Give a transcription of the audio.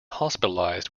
hospitalized